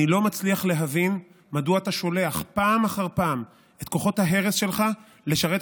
אני לא מצליח להבין מדוע אתה שולח פעם אחר פעם את כוחות ההרס שלך לשרת